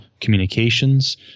communications